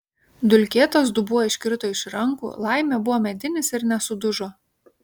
dulkėtas dubuo iškrito iš rankų laimė buvo medinis ir nesudužo